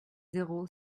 zéro